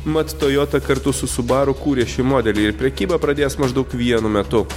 mat tojota kartu su subaru kūrė šį modelį ir prekybą pradės maždaug vienu metu